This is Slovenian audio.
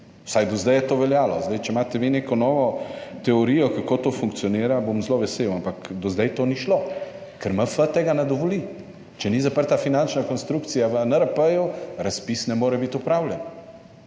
Vsaj do zdaj je to veljalo. Če imate vi neko novo teorijo, kako to funkcionira, bom zelo vesel. Ampak do zdaj to ni šlo, ker MF tega ne dovoli. Če ni zaprta finančna konstrukcija v NRP, razpis ne more biti opravljen.